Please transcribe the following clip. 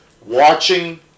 watching